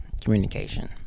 communication